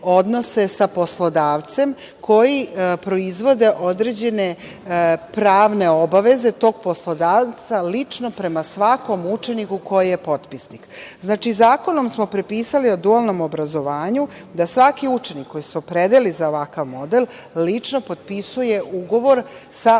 odnose sa poslodavcem koji proizvode određene pravne obaveze tog poslodavca lično prema svakom učeniku koje je potpisana. Znači, Zakonom o dualnom obrazovanju smo propisali da svaki učenik koji se opredeli za ovakav model lično potpisuje ugovor sa poslodavcem,